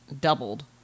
doubled